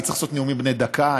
אני צריך לעשות נאומים בני דקה?